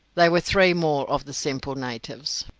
they were three more of the simple natives.